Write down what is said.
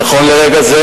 נכון לרגע זה,